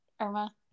Irma